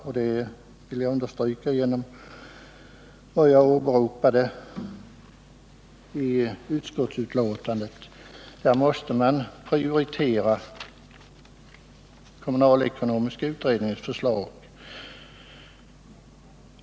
Jag vill understryka vad jag åberopat i utskottsmajoritetens skrivning, nämligen att man på den punkten måste prioritera kommunalekonomiska utredningens förslag.